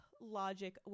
logic